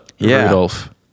Rudolph